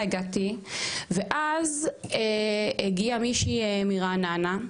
הגעתי ואז הגיעה מישהי מרעננה,